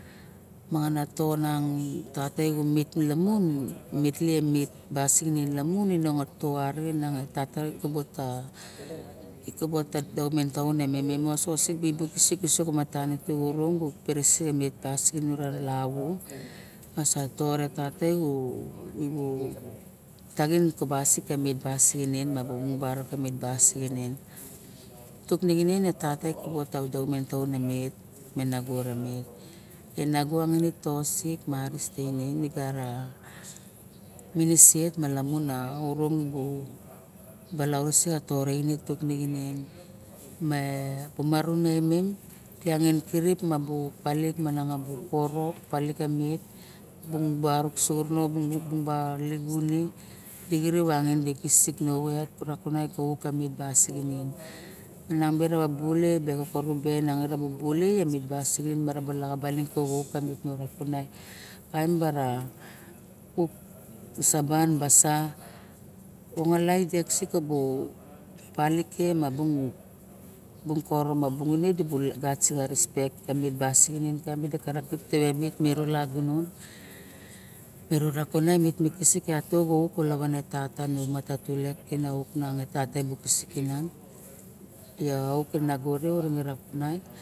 Mangan na ton nang tata i mit lamur mitlie mit basis lamun onong toa rixen e tata e kabot e domon taon imen mi osoxo sik uso umatan a siai room u perese met mi sexep mikpas viniro re lavu ma sa re tata u talin ke basik mi basik mit ba sixinen tuk ningin e tata doment tau met mi nago tosik ma minceset malonung orong bu balaise to raxis tintinene me umaraune miang kirip ma bu palik manga bu manga bu poro palik ke mi barok singene di xirip angen xisik noet rakunai ko uke mit basikinen nabe rabule be koko ruben angen rabule mi nasixinen bara laxa baling kauk kanima rakunai kaim bara u saban ba sa ungo lait erik kabo palik ke ma bung karong ule gat respect tebasixinen te tik taba met tasixinen taba mero lagunon mero rakunai me me kisik tinan teat va auk ke nago re rakunai